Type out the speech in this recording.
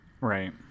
Right